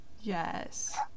yes